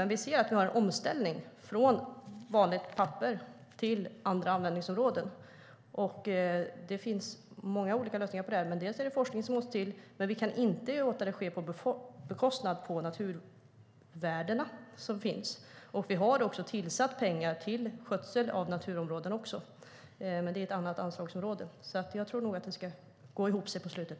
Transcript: Men vi ser att vi har en omställning från vanligt papper till andra användningsområden. Det finns många olika lösningar. Det måste till forskning. Vi kan inte låta det ske på bekostnad av de naturvärden som finns. Vi har avsatt pengar för skötsel av naturområden. Men det är ett annat anslagsområde. Jag tror nog att det ska gå ihop på slutet.